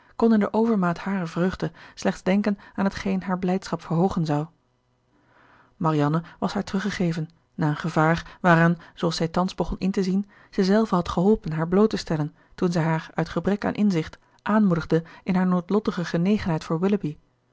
in de overmaat harer vreugde slechts denken aan t geen hare blijdschap verhoogen zou marianne was haar teruggegeven na een gevaar waaraan zooals zij thans begon in te zien zij zelve had geholpen haar bloot te stellen toen zij haar uit gebrek aan inzicht aanmoedigde in haar noodlottige genegenheid voor